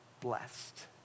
blessed